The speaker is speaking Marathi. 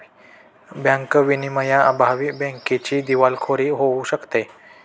बँक विनियमांअभावी बँकेची दिवाळखोरी होऊ शकते